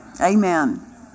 Amen